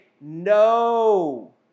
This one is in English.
no